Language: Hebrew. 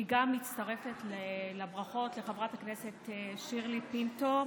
גם אני מצטרפת לברכות לחברת הכנסת שירלי פינטו.